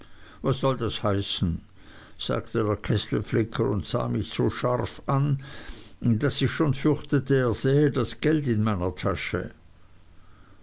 was soll das heißen sagte der kesselflicker und sah mich so scharf an daß ich schon fürchtete er sähe das geld in meiner tasche